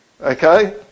Okay